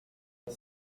ngo